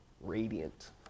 radiant